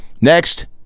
Next